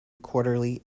quarterly